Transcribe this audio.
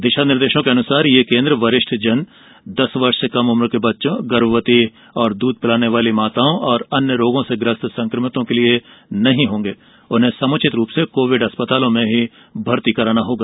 दिशा निर्देशों के अनुसार ये केन्द्र वरिष्ठ जन दस वर्ष से कम उम्र के बच्चों गर्भवती और दूध पिलाने वाली माताओं और अन्य रोगों से ग्रस्त संकमितों के लिए नहीं होंगे उन्हें समुचित कोविड अस्पतालों में भर्ती कराना होगा